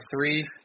three